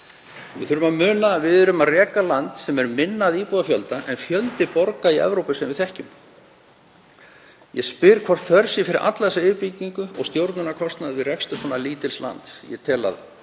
Við þurfum að muna að við erum að reka land sem er minna að íbúafjölda en fjöldi borga í Evrópu sem við þekkjum. Ég spyr hvort þörf sé fyrir alla þessa yfirbyggingu og stjórnunarkostnað við rekstur svona lítils lands. Ég tel að